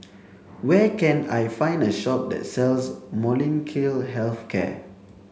where can I find a shop that sells Molnylcke health care